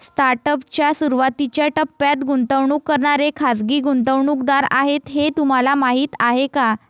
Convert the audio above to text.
Startup च्या सुरुवातीच्या टप्प्यात गुंतवणूक करणारे खाजगी गुंतवणूकदार आहेत हे तुम्हाला माहीत आहे का?